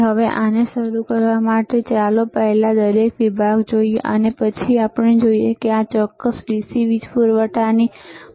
હવે તેથી આને શરૂ કરવા માટે ચાલો પહેલા દરેક વિભાગ જોઈએ અને પછી આપણે જોઈએ કે આ ચોક્કસ DC વીજ પૂરવઠાની ભૂમિકા શું છે